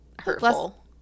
hurtful